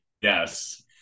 Yes